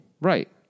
right